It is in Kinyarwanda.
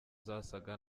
zasaga